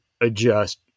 adjust